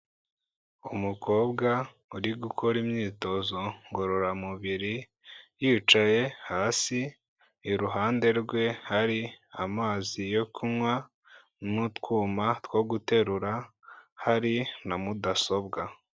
Umukobwa uri gukora imyitozo ngororamubiri yicaye hasi, iruhande rwe hari amazi yo kunywa n'utwuma two guterura, hari na mudasobwa.